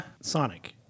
Sonic